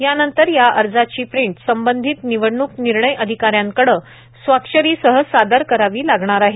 यानंतर या अर्जाची प्रिंट संबंधित निवडणूक निर्णय अधिकाऱ्यांकडे स्वाक्षरीसह सादर करावी लागणार आहे